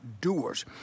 doers